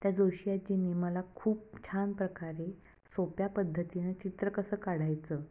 त्या जोशीआजींनी मला खूप छान प्रकारे सोप्या पद्धतीनं चित्र कसं काढायचं